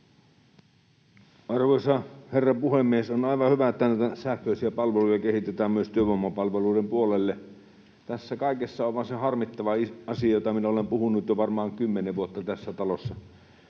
Arvoisa herra puhemies! On aivan hyvä, että näitä sähköisiä palveluja kehitetään myös työvoimapalveluiden puolelle. Tässä kaikessa on vaan se harmittava asia, josta minä olen puhunut jo varmaan kymmenen vuotta tässä talossa: